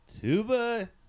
Tuba